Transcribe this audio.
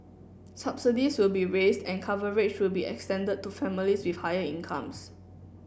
subsidies will be raised and coverage will be extended to families with higher incomes